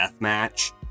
Deathmatch